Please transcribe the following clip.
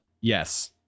Yes